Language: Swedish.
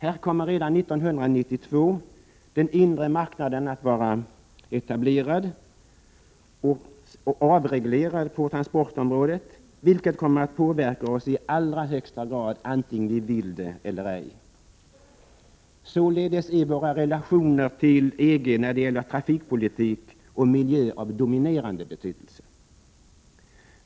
Här kommer redan 1992 den inre marknaden att vara etablerad och avreglerad på transportområdet, vilket kommer att påverka oss i allra högsta grad, vare sig vi vill det eller ej. Således är våra relationer till EG när det gäller trafikpolitik och miljö av dominerande betydelse.